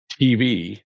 TV